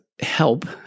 help